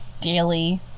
daily